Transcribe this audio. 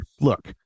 look